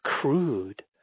crude